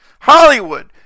hollywood